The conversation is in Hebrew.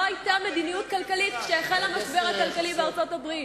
לא היתה מדיניות כלכלית כשהחל המשבר הכלכלי בארצות-הברית.